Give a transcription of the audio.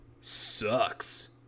sucks